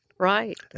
Right